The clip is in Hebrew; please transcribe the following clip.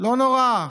לא נורא.